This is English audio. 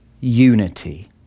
unity